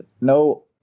no